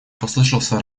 послышался